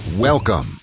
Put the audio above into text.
Welcome